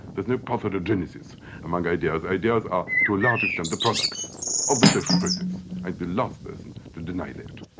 there's no pathogenesis among ideas. ideas are to a large extent the products of the social process, i'd be the last person to deny that.